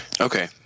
Okay